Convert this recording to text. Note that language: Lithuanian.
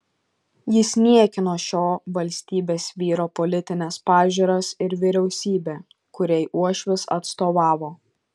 jis niekino šio valstybės vyro politines pažiūras ir vyriausybę kuriai uošvis atstovavo